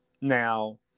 Now